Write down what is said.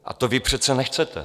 A to vy přece nechcete.